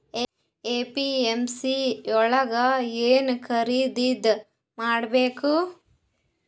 APMC ಯೊಳಗ ಏನ್ ಖರೀದಿದ ಮಾಡ್ಬೇಕು?